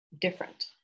different